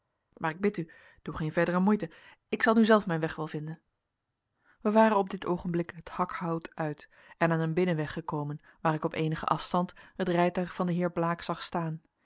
maar ik bid u doe geen verdere moeite ik zal nu zelf mijn weg wel vinden wij waren op dit oogenblik het hakhout uit en aan een binnenweg gekomen waar ik op eenigen afstand het rijtuig van den heer blaek zag staan